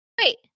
wait